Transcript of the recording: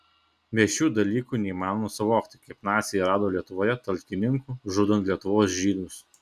be šių dalykų neįmanoma suvokti kaip naciai rado lietuvoje talkininkų žudant lietuvos žydus